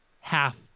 half